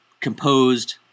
composed